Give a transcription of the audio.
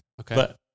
Okay